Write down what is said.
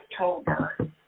October